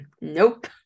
Nope